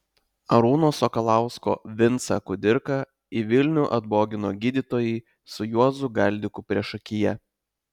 arūno sakalausko vincą kudirką į vilnių atbogino gydytojai su juozu galdiku priešakyje